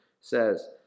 says